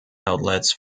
outlets